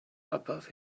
above